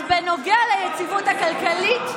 שרה במשרד ראש הממשלה מאי גולן: אז בנוגע ליציבות הכלכלית,